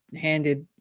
handed